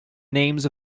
names